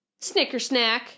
Snickersnack